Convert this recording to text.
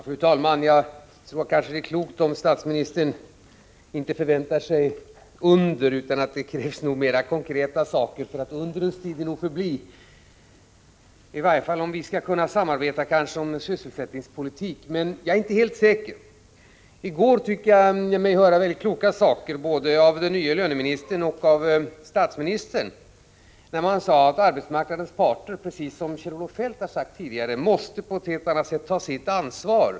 Fru talman! Jag tror att det kanske är klokt om statsministern inte förväntar sig under. Det krävs nog mera konkreta saker. Undrens tid är förmodligen förbi. Det gäller i varje fall om vi skall kunna samarbeta om sysselsättningspolitiken. Men jag är inte helt säker. I går tyckte jag mig höra mycket kloka uttalanden både av den nye löneministern och av statsministern, när de — precis som Kjell-Olof Feldt tidigare har gjort — sade att arbetsmarknadens parter på ett helt annat sätt måste ta sitt ansvar.